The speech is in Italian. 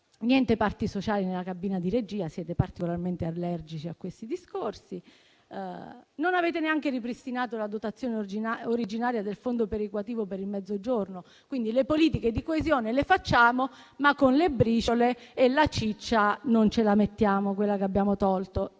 Niente parti sociali nella cabina di regia: siete particolarmente allergici a questi discorsi. Non avete neanche ripristinato la dotazione originaria del fondo perequativo per il Mezzogiorno. Quindi, le politiche di coesione le facciamo, ma con le briciole, e la sostanza, quella che abbiamo tolto,